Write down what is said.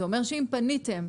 זה אומר שאם פניתם,